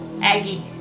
Aggie